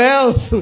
else